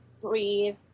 breathe